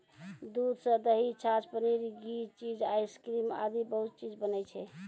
दूध सॅ दही, छाछ, पनीर, घी, चीज, आइसक्रीम आदि बहुत चीज बनै छै